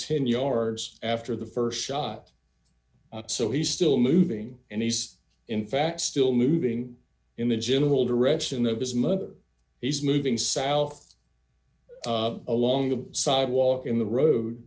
ten yards after the st shot so he's still moving and he's in fact still moving in the general direction of his mother he's moving south along the sidewalk in the road